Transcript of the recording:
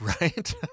Right